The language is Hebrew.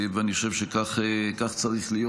ואני חושב שכך צריך להיות.